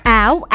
ow